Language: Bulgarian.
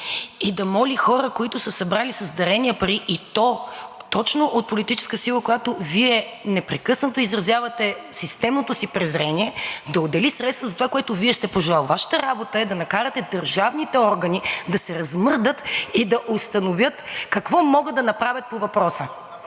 и да моли хора, които са събрали с дарения пари, и то точно от политическа сила, към която Вие непрекъснато изразявате системното си презрение, да отдели средства за това, което Вие сте пожелали. Вашата работа е да накарате държавните органи да се размърдат и да установят какво могат да направят по въпроса.